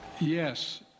Yes